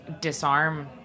disarm